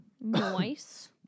Nice